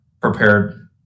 prepared